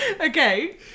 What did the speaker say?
Okay